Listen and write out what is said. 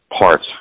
parts